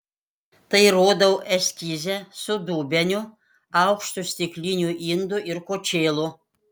tai rodau eskize su dubeniu aukštu stikliniu indu ir kočėlu